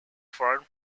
foreign